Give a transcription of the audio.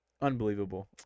Unbelievable